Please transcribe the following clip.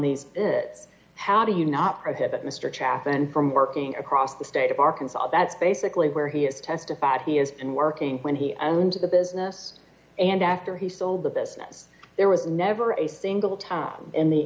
the how do you not prohibit mr chapman from working across the state of arkansas that's basically where he has testified he is and working when he owned the business and after he sold the business there was never a single time in the